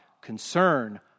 concern